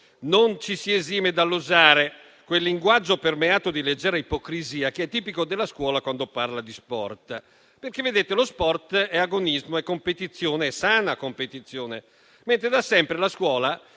non ci si esime dall'usare quel linguaggio permeato di leggera ipocrisia che è tipico della scuola quando parla di sport. Lo sport è agonismo e sana competizione, mentre da sempre la scuola